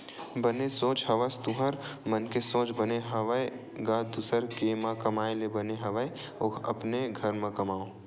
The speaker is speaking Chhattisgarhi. बने सोच हवस तुँहर मन के सोच बने हवय गा दुसर के म कमाए ले बने हवय अपने घर म कमाओ